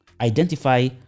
identify